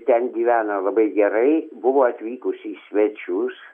ten gyvena labai gerai buvo atvykusi į svečius